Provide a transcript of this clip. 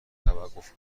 توقف